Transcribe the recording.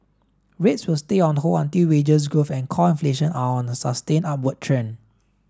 rates will stay on hold until wages growth and core inflation are on a sustained upward trend